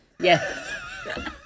yes